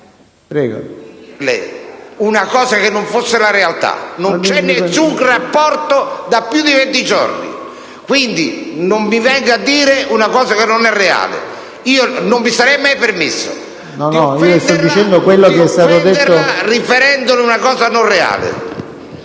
una cosa che non fosse la realta! Non c’e nessun rapporto da piudi venti giorni! Quindi, non mi venga a dire una cosa che non e reale. Non mi sarei mai permesso di offenderla riferendole una cosa non reale.